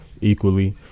equally